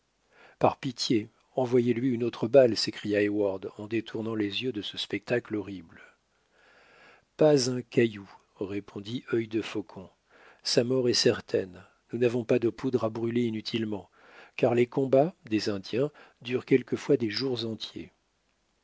par pitié envoyez lui une autre balle s'écria heyward en détournant les yeux de ce spectacle horrible pas un caillou répondit œil de faucon sa mort est certaine nous n'avons pas de poudre à brûler inutilement car les combats des indiens durent quelquefois des jours entiers